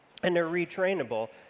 and they're retrainable,